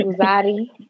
Exotic